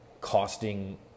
costing